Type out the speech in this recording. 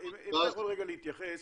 אם אתה יכול להתייחס,